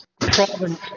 problem